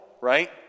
right